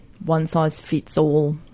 one-size-fits-all